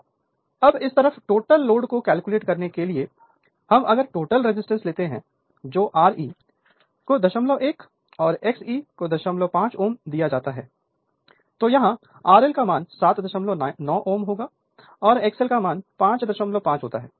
Refer Slide Time 0317 अब इस तरफ टोटल लोड को कैलकुलेट करने के लिए हम अगर टोटल रेजिस्टेंस लेते हैं जो Re को 01 और Xe 05 Ω दिया जाता है तो यहाँ RL 79 Ω और X L 55 Ω होता है